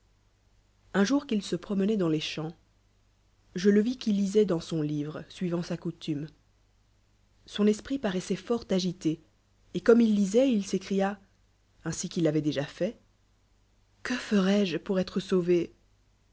un joui qu'il se promenoit dans les ch mps je le vis qui lisoit dans son livre suivant sa coutnme soit esprit paroissoit fort agi lé cl comme il lisoit il s'écria ainsi qu'il avoit déjàfait gueferai jejpoe r'ê re sauvé